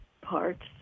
parts